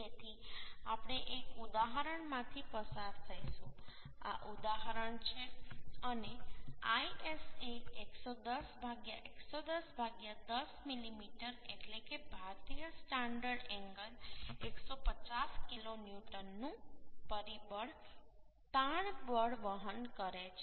તેથી આપણે એક ઉદાહરણમાંથી પસાર થઈશું આ ઉદાહરણ છે અને ISA 110 110 10 મીમી એટલે કે ભારતીય સ્ટાન્ડર્ડ એન્ગલ 150 કિલો ન્યૂટનનું પરિબળ તાણ બળ વહન કરે છે